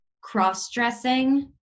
cross-dressing